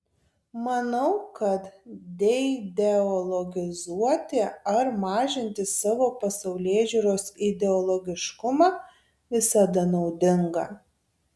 manau kad deideologizuoti ar mažinti savo pasaulėžiūros ideologiškumą visada naudinga